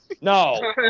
No